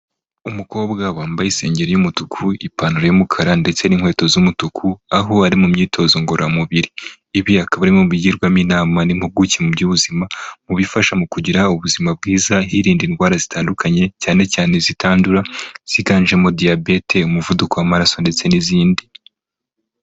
Umukobwa wambaye isengeri y'umutuku, ipantaro y'umukara ndetse n'inkweto z'umutuku aho ari mu myitozo ngororamubiri, ibi akaba ari mu bigirwamo inama n'impuguke mu by'ubuzima mu bifasha mu kugira ubuzima bwiza hirinda indwara zitandukanye cyane cyane izitandura ziganjemo diyabete, umuvuduko w'amaraso ndetse n'izindi.